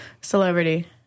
celebrity